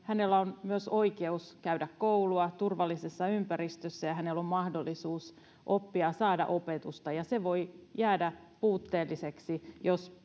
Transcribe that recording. hänellä on myös oikeus käydä koulua turvallisessa ympäristössä ja hänellä on mahdollisuus oppia ja saada opetusta se voi jäädä puutteelliseksi jos